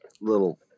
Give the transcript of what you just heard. Little